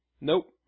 Nope